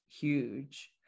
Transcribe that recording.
huge